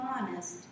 honest